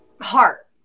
heart